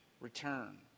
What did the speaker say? Return